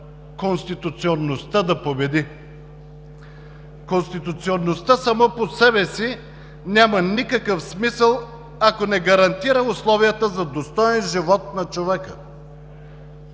конституционността да победи. Конституционността сама по себе си няма никакъв смисъл, ако не гарантира условията за достоен живот на човека